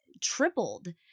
tripled